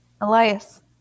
Elias